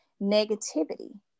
negativity